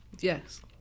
Yes